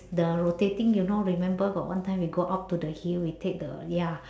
the rotating you know remember got one time we go up to the hill we take the ya